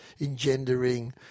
engendering